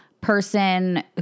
person